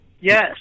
Yes